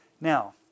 now